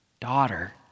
daughter